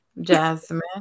Jasmine